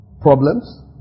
problems